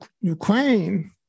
Ukraine